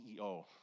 CEO